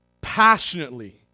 passionately